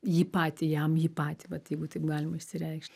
jį patį jam jį patį vat jeigu taip galima išsireikšt